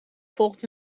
volgt